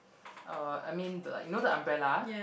uh I mean the like you know the umbrella